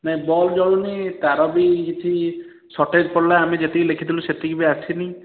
ନାଇଁ ବଲ୍ ଜଳୁନି ତାର ବି କିଛି ସଟେଜ୍ ପଡ଼ିଲା ଆମେ ଯେତିକି ଲେଖିଥିଲୁ ସେତିକି ବି ଆସିନି